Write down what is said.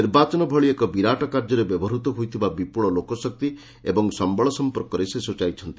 ନିର୍ବାଚନ ଭଳି ଏକ ବିରାଟ କାର୍ଯ୍ୟରେ ବ୍ୟବହୃତ ହୋଇଥିବା ବିପୁଳ ଲୋକଶକ୍ତି ଓ ସଂବଳ ସଂପର୍କରେ ସ୍ଚାଇଛନ୍ତି